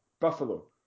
Buffalo